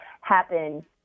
happen